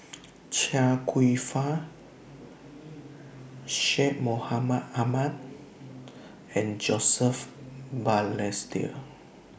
Chia Kwek Fah Syed Mohamed Ahmed and Joseph Balestier